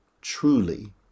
truly